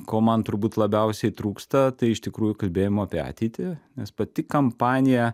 ko man turbūt labiausiai trūksta tai iš tikrųjų kalbėjimo apie ateitį nes pati kampanija